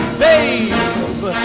babe